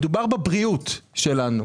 מדובר בבריאות שלנו.